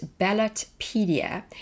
Ballotpedia